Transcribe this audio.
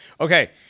Okay